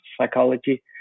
psychology